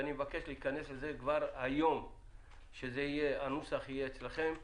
ואני מבקש להתכנס על זה כבר היום שהנוסח יהיה אצלכם.